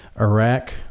Iraq